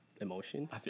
emotions